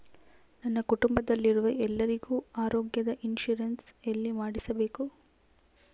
ನನ್ನ ಕುಟುಂಬದಲ್ಲಿರುವ ಎಲ್ಲರಿಗೂ ಆರೋಗ್ಯದ ಇನ್ಶೂರೆನ್ಸ್ ಎಲ್ಲಿ ಮಾಡಿಸಬೇಕು?